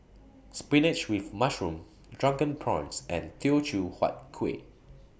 Spinach with Mushroom Drunken Prawns and Teochew Huat Kueh